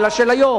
אלא של היום,